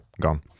Gone